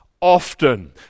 often